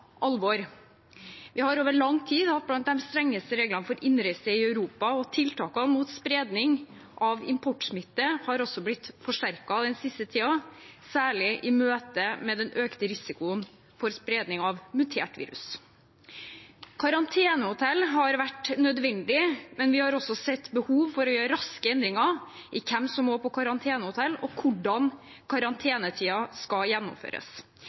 Vi har over lang tid hatt noen av de strengeste reglene for innreise i Europa, og tiltakene mot spredning av importsmitte har også blitt forsterket den siste tiden, særlig i møte med den økte risikoen for spredning av mutert virus. Karantenehotell har vært nødvendig, men vi har også sett behov for å gjøre raske endringer i hvem som må på karantenehotell, og hvordan karantenetiden skal gjennomføres.